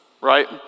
right